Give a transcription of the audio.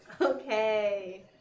Okay